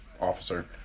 officer